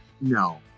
No